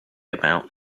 about